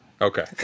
Okay